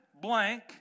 blank